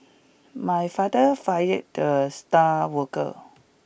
my father fired the star worker